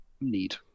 need